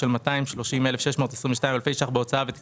תקצוב סך של 1,462 אלפי ש"ח בהוצאה ובהרשאה